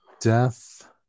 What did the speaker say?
Death